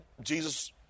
Jesus